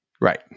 Right